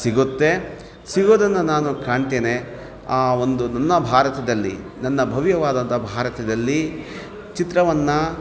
ಸಿಗುತ್ತೆ ಸಿಗೋದನ್ನು ನಾನು ಕಾಣ್ತೇನೆ ಆ ಒಂದು ನನ್ನ ಭಾರತದಲ್ಲಿ ನನ್ನ ಭವ್ಯವಾದಂತಹ ಭಾರತದಲ್ಲಿ ಚಿತ್ರವನ್ನು